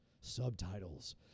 Subtitles